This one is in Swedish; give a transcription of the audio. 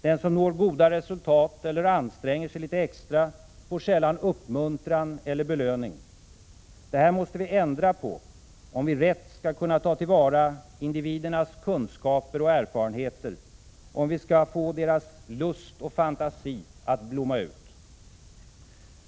Den som når goda resultat eller anstränger sig litet extra får sällan uppmuntran eller belöning. Det här måste vi ändra på om vi rätt skall kunna ta till vara individernas kunskaper och erfarenheter, om vi skall få deras lust och fantasi att blomma ut.